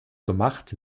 gemacht